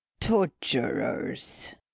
Torturers